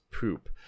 poop